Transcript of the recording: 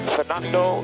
Fernando